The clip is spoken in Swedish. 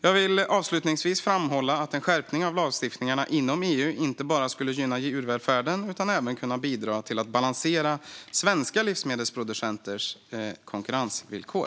Jag vill avslutningsvis framhålla att en skärpning av lagstiftningen inom EU inte bara skulle gynna djurvälfärden utan även skulle kunna bidra till att balansera svenska livsmedelsproducenters konkurrensvillkor.